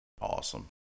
awesome